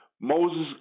moses